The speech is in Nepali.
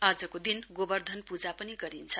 आजको दिन गोवर्धन पूजा पनि गरिन्छ